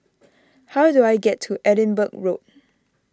how do I get to Edinburgh Road